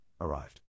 arrived